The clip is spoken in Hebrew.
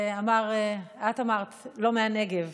שאמר, או את אמרת: לא מהנגב.